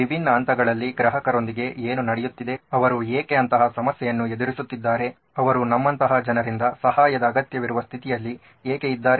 ವಿಭಿನ್ನ ಹಂತಗಳಲ್ಲಿ ಗ್ರಾಹಕರೊಂದಿಗೆ ಏನು ನಡೆಯುತ್ತಿದೆ ಅವರು ಏಕೆ ಅಂತಹ ಸಮಸ್ಯೆಯನ್ನು ಎದುರಿಸುತ್ತಿದ್ದಾರೆ ಅವರು ನಮ್ಮಂತಹ ಜನರಿಂದ ಸಹಾಯದ ಅಗತ್ಯವಿರುವ ಸಿತ್ಥಿಯಲ್ಲಿ ಏಕೆ ಇದ್ದಾರೆ